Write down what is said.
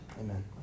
Amen